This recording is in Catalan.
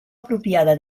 apropiada